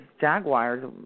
Jaguars